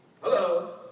Hello